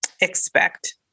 expect